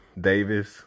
Davis